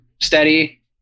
steady